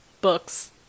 books